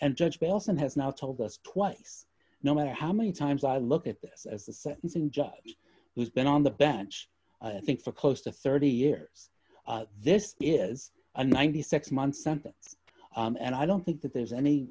and judge nelson has now told us twice no matter how many times i look at this as the sentencing judge who's been on the bench i think for close to thirty years this is a ninety six month sentence and i don't think that there's any